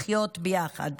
לחיות ביחד.